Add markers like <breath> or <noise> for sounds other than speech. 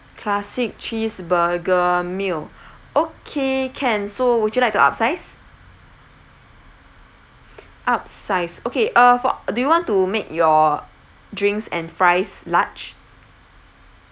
classic cheeseburger meal <breath> okay can so would you like to upsize upsize okay uh for do you want to make your drinks and fries large